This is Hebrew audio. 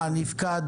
נגד?